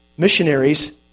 missionaries